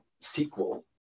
sequel